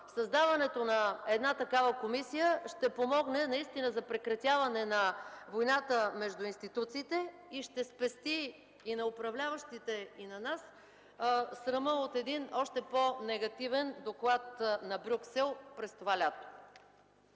Създаването на една такава комисия ще помогне наистина за прекратяване на войната между институциите и ще спести и на управляващите, и на нас срама на един още по-негативен доклад на Брюксел през това лято.